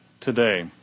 today